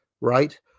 right